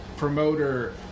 promoter